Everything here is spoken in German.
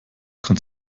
kann